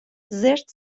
زرت